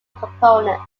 components